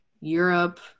Europe